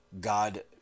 God